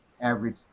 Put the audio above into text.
average